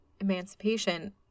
Emancipation